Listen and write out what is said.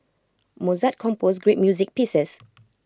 Mozart composed great music pieces